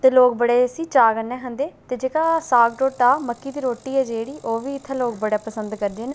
ते लोग बड़े इसगी चाह् कन्नै खंदे न ते जेह्का साग ढोड्डा मक्की दी रोटी ऐ जेह्ड़ी ओह् ओह्बी इत्थें दे लोग बड़े पसंद करदे न